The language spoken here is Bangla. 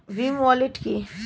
ভীম ওয়ালেট কি?